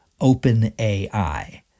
OpenAI